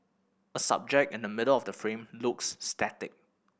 a subject in the middle of the frame looks static